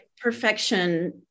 Perfection